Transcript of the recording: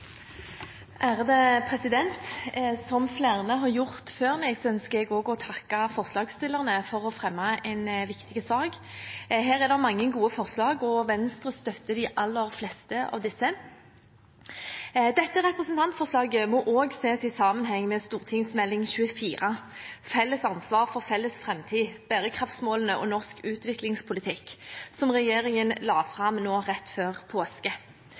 Som flere har gjort før meg, ønsker jeg også å takke forslagsstillerne for å fremme en viktig sak. Her er det mange gode forslag, og Venstre støtter de aller fleste av dem. Dette representantforslaget må også ses i sammenheng med St.meld. 24 for 2016–2017, Felles ansvar for felles fremtid. Bærekraftsmålene og norsk utviklingspolitikk, som regjeringen la fram rett før påske.